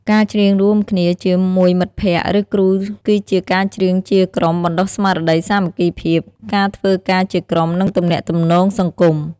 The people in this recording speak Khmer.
ការច្រៀងរួមគ្នា ជាមួយមិត្តភក្តិ ឬគ្រូគឺជា ការច្រៀងជាក្រុមបណ្ដុះស្មារតីសាមគ្គីភាព ការធ្វើការជាក្រុម និងទំនាក់ទំនងសង្គម។